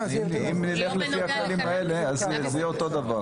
אז אם נלך לפי הכללים האלה, זה יהיה אותו דבר.